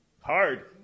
Hard